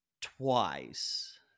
twice